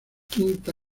quinta